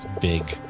big